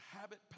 habit